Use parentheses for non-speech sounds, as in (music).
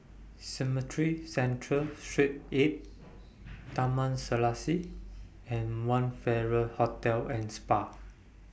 (noise) Cemetry Central Street eight Taman Serasi and one Farrer Hotel and Spa